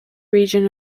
region